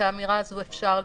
את האמירה הזו אפשר לקבוע,